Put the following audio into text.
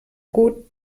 gut